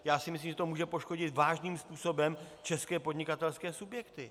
Já si myslím, že to může poškodit vážným způsobem české podnikatelské subjekty.